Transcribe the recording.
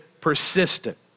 persistent